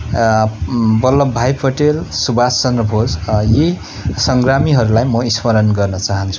बल्लभ भाइ पटेल सुभाष चन्द्र बोस यी सङ्ग्रामीहरूलाई म स्मरण गर्न चाहन्छु